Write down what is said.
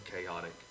chaotic